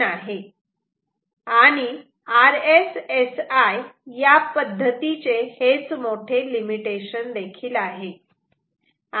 आणि RSSI या पद्धतीचे हेच मोठे लिमिटेशन आहे